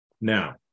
Now